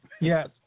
Yes